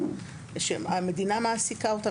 שהמדינה מעסיקה אותם,